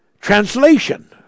translation